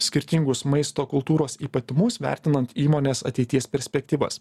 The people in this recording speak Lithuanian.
skirtingus maisto kultūros ypatumus vertinant įmonės ateities perspektyvas